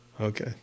Okay